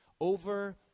Over